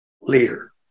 leader